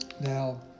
Now